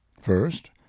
first